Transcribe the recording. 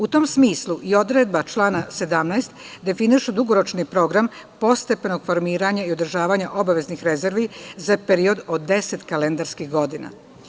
U tom smislu i odredba član 17. definišu dugoročni program postepenog formiranja i održavanja obaveznih rezervi za period od 10 kalendarskih godina.